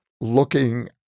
looking